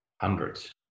hundreds